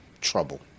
trouble